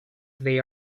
they